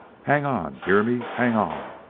hang on! hear me? hang on!